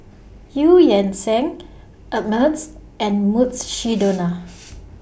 EU Yan Sang Ameltz and Mukshidonna